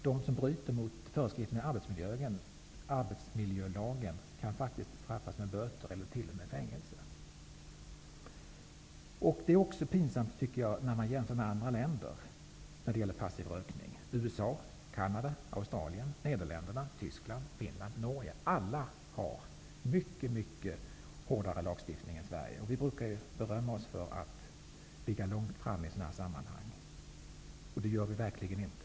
Den som bryter mot föreskrifterna i arbetsmiljölagen kan faktiskt straffas med böter eller t.o.m. fängelse. Det är också pinsamt att jämföra med andra länder när det gäller passiv rökning. I USA, Canada, Norge har man mycket hårdare lagstiftning än i Sverige. Vi brukar ju berömma oss av att ligga långt framme i liknande sammanhang. Det gör vi verkligen inte.